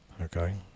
okay